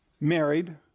married